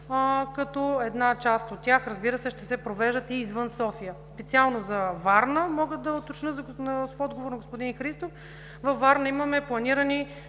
Една част от тях, разбира се, ще се провеждат и извън София. Специално за Варна мога да уточня в отговор на господин Христов – във Варна имаме планирани